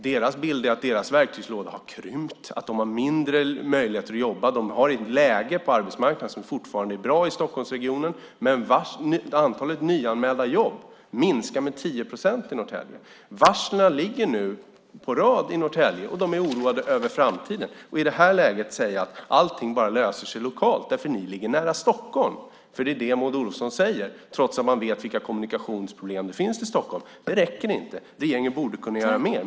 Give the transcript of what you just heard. Deras bild är att deras verktygslåda har krympt, att de har mindre möjligheter att jobba. De har ett läge på arbetsmarknaden som fortfarande är bra i Stockholmsregionen, men antalet nyanmälda jobb minskar med 10 procent i Norrtälje. Varslen ligger nu på rad i Norrtälje, och man är oroad över framtiden. Att i det här läget säga att allting löser sig lokalt därför att orten ligger nära Stockholm räcker inte. Det är det Maud Olofsson säger, trots att hon vet vilka kommunikationsproblem det finns i Stockholm. Regeringen borde kunna göra mer.